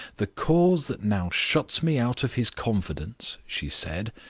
the cause that now shuts me out of his confidence she said,